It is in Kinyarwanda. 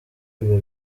biba